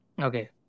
okay